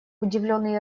удивленный